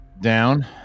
down